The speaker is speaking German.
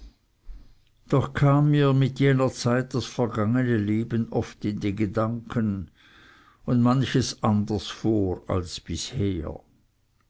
doch kam mir seit jener zeit das vergangene leben oft in die gedanken und manches anders vor als bisher